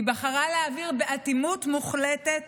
היא בחרה להעביר באטימות מוחלטת